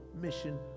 mission